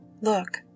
Look